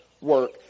work